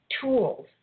tools